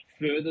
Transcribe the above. further